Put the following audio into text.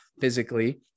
physically